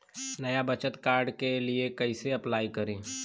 नया बचत कार्ड के लिए कइसे अपलाई करी?